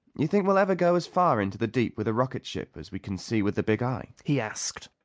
you think we'll ever go as far into the deep with a rocket ship as we can see with the big eye? he asked.